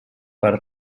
per